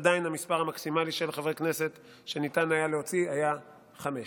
עדיין המספר המקסימלי של חברי כנסת שניתן היה להוציא היה חמש.